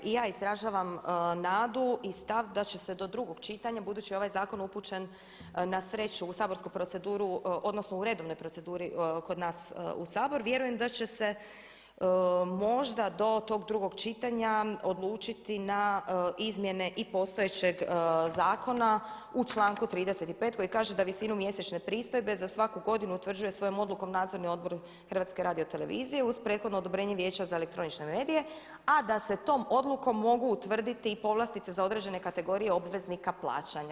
I ja izražavam nadu i stav da će se do drugog čitanja budući je ovaj zakon upućen na sreću u saborsku proceduru, odnosno u redovnoj proceduri kod nas u Sabor vjerujem da će se možda do tog drugog čitanja odlučiti na izmjene i postojećeg zakona u članku 35. koji kaže da visinu mjesečne pristojbe za svaku godinu utvrđuje svojom odlukom Nadzorni odbor HRT-a uz prethodno odobrenje Vijeća za elektroničke medije, a da se tom odlukom mogu utvrditi i povlastice za određene kategorije obveznika plaćanja.